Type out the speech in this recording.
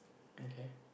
okay